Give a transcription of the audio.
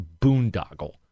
boondoggle